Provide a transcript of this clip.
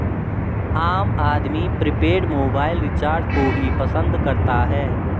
आम आदमी prepaid mobile recharge को ही पसंद करता है